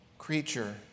creature